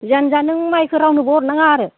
जियानो जा नों माइखौ रावनोबो हरनाङा आरो